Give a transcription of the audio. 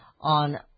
on